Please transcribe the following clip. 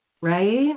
right